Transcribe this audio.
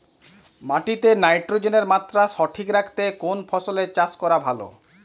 মাটিতে নাইট্রোজেনের মাত্রা সঠিক রাখতে কোন ফসলের চাষ করা ভালো?